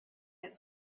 its